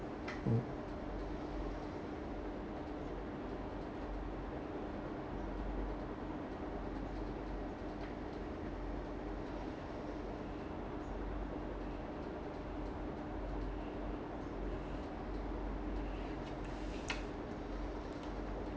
mm